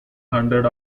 hundred